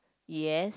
yes